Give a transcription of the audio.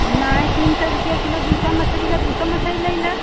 नहीं तीन सौ रुपया किलो दूसरा मछली बा दूसरा मछली लई लो